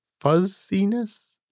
fuzziness